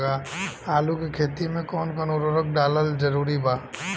आलू के खेती मे कौन कौन उर्वरक डालल जरूरी बा?